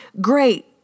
Great